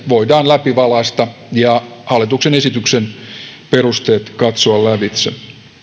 voidaan läpivalaista kaikki asiat ja hallituksen esityksen perusteet katsoa lävitse